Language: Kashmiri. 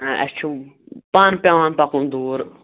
آ اسہِ چھُ پانہٕ پیٚوان پَکُن دوٗر